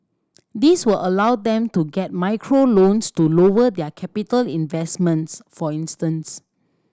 this will allow them to get micro loans to lower their capital investments for instance